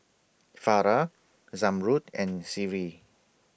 Farah Zamrud and Seri